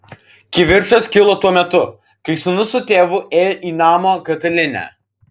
kivirčas kilo tuo metu kai sūnus su tėvu ėjo į namo katilinę